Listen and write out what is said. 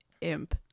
imp